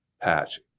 patch